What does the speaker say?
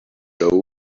blow